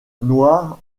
noire